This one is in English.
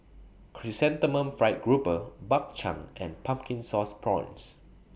Chrysanthemum Fried Grouper Bak Chang and Pumpkin Sauce Prawns